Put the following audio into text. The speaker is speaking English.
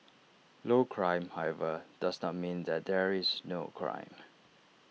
low crime however does not mean that there is no crime